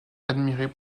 admiré